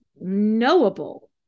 knowable